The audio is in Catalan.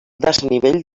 desnivell